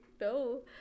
No